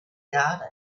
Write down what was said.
garden